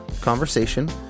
conversation